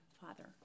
father